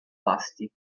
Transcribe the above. vasti